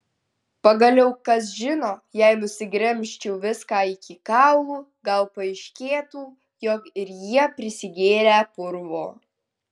pagaliau kas žino jei nugremžčiau viską iki kaulų gal paaiškėtų jog ir jie prisigėrę purvo